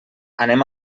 anem